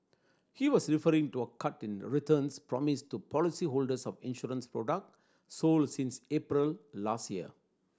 he was referring to a cut in returns promised to policy holders of insurance product sold since April last year